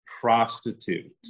prostitute